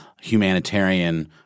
humanitarian